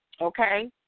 Okay